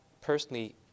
personally